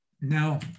Now